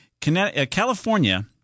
California